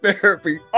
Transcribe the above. therapy